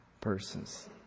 persons